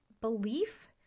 belief